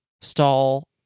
stall